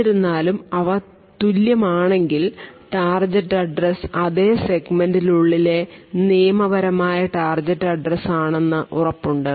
എന്നിരുന്നാലും അവ തുല്യമാണെങ്കിൽ ടാർഗെറ്റ് അഡ്രസ്സ് അതേ സെഗ്മെന്റിനുള്ളിലെ നിയമപരമായ ടാർഗെറ്റ് അഡ്രസ്സ് ആണെന്നു ഉറപ്പുണ്ട്